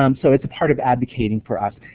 um so it's a part of advocating for us.